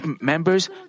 members